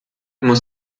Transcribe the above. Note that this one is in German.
muss